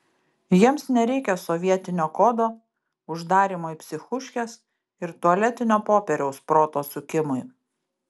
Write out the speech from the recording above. jiems nereikia sovietinio kodo uždarymo į psichuškes ir tualetinio popieriaus proto sukimui